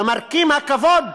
ומרכיב הכבוד,